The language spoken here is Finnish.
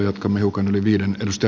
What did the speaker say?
jatkamme hiukan yli viiden